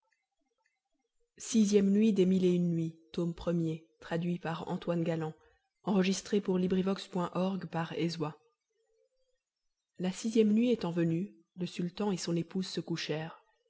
la sixième nuit étant venue le sultan et son épouse se